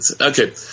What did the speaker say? Okay